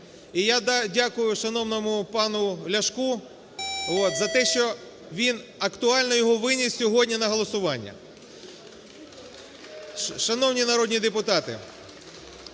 І я дякую шановному пану Ляшку за те, що він актуально його виніс сьогодні на голосування. Шановні народні депутати,